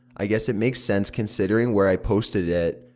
i guess it makes sense considering where i posted it.